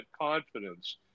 confidence